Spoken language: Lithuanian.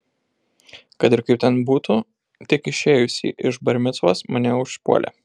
kad ir kaip ten būtų tik išėjusį iš bar micvos mane užpuolė